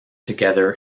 together